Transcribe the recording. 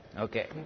Okay